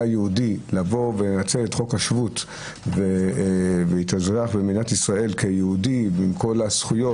יהודי לנצל את חוק השבות ולהתאזרח במדינת ישראל כיהודי עם כל הזכויות,